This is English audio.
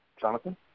Jonathan